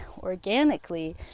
organically